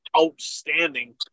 outstanding